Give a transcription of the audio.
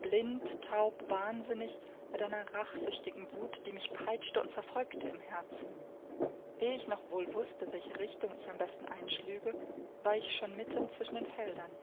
blind taub wahnsinnig mit einer rachsüchtigen wut die mich peitschte und verfolgte im herzen ehe ich noch wohl wußte welche richtung ich am besten einschlüge war ich schon mitten zwischen den feldern